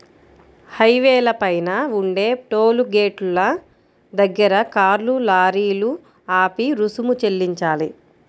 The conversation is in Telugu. హైవేల పైన ఉండే టోలు గేటుల దగ్గర కార్లు, లారీలు ఆపి రుసుము చెల్లించాలి